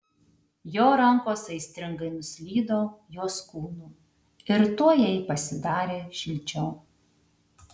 jo rankos aistringai nuslydo jos kūnu ir tuoj jai pasidarė šilčiau